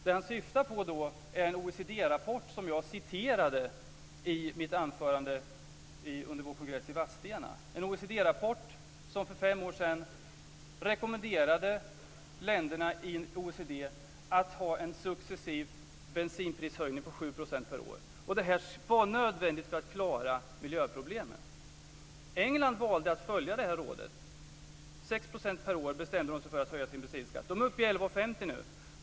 Det han syftar på då är en OECD rapport som jag citerade i mitt anförande under vår kongress i Vadstena - en OECD-rapport som för fem år sedan rekommenderade länderna i OECD att göra en successiv bensinprishöjning på 7 % per år. Detta var nödvändigt för att klara miljöproblemen. England valde att följa detta råd. De bestämde sig för att höja sin bensinskatt med 6 % per år. De är uppe i 11:50 nu.